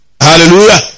hallelujah